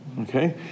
okay